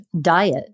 diet